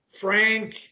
Frank